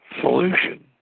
solution